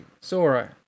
Sora